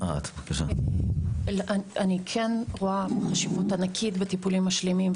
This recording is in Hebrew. אני כן רואה חשיבות ענקית בטיפולים משלימים,